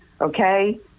Okay